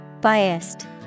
Biased